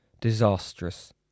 disastrous